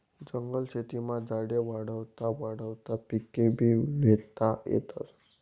जंगल शेतीमा झाडे वाढावता वाढावता पिकेभी ल्हेता येतस